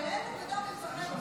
חיילינו ודם אזרחינו.